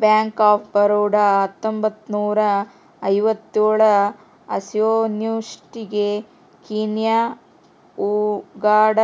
bank of Baroda ಹತ್ತೊಂಬತ್ತ್ನೂರ ಐವತ್ತೇಳ ಅನ್ನೊಸ್ಟಿಗೆ ಕೀನ್ಯಾ ಉಗಾಂಡ